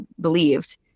believed